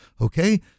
Okay